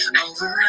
over